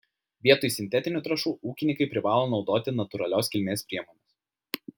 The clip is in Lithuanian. vietoj sintetinių trąšų ūkininkai privalo naudoti natūralios kilmės priemones